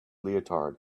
leotard